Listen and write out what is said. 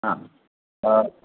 हां तर